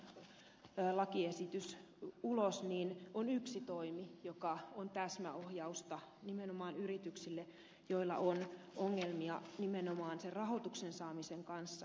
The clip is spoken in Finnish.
nyt tämä lakiesitys mikä talousvaliokunnasta tuli ulos on yksi toimi joka on täsmäohjausta nimenomaan yrityksille joilla on ongelmia nimenomaan rahoituksen saamisen kanssa